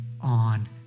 on